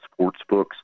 sportsbooks